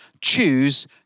choose